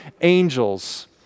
angels